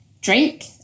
drink